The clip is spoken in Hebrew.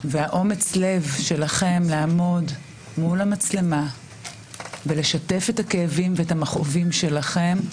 ואומץ הלב שלכם לעמוד מול המצלמה ולשתף את הכאבים ואת המכאובים שלכם,